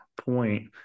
point